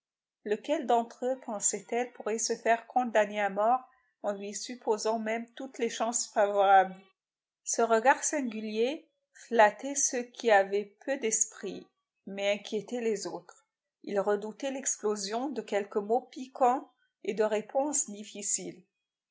lequel d'entre eux pensait-elle pourrait se faire condamner à mort en lui supposant même toutes les chances favorables ce regard singulier flattait ceux qui avaient peu d'esprit mais inquiétait les autres ils redoutaient l'explosion de quelque mot piquant et de réponse difficile